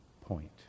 point